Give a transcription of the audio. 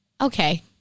Okay